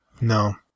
No